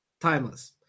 timeless